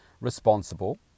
responsible